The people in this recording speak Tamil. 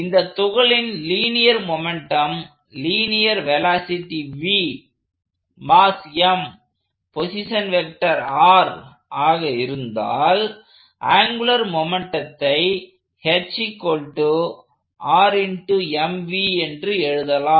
இந்த துகளின் linear momentum linear velocity v mass m position vector r ஆக இருந்தால் ஆங்குலர் மொமெண்ட்டத்தை என்று எழுதலாம்